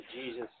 Jesus